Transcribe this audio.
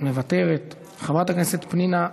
מוותרת, חברת הכנסת פנינה תמנו,